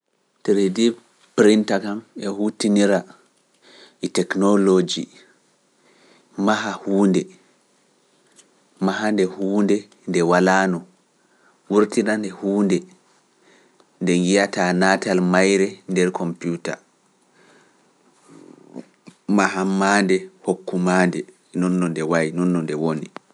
Tiri D printa kam e huttinira e teknoloji maha huunde mahande, huunde nde walaano, wurtinande huunde nde yiyataa naatal mayre nder kompiuta, mahammaande hokkuma nde, nun no nde wayi, nonno nde woni.